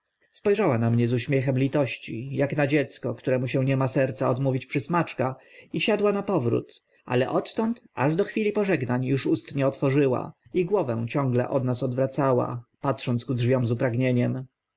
rzała na mnie z uśmiechem litości ak na dziecko któremu się nie ma serca odmówić przysmaczka i siadła na powrót ale odtąd aż do chwili pożegnań uż ust nie otworzyła i głowę ciągle od nas odwracała patrząc ku drzwiom z upragnieniem